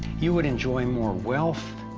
you would enjoy more wealth,